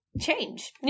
change